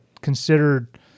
considered